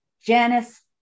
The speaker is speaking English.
Janice